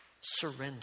surrender